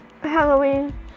Halloween